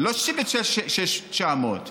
לא 66,900,